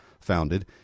founded